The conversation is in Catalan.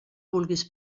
vulguis